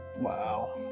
Wow